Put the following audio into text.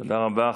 תודה רבה.